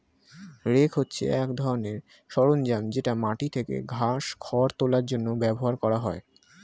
rake হচ্ছে এক ধরনের সরঞ্জাম যেটা মাটি থেকে ঘাস, খড় তোলার জন্য ব্যবহার করা হয়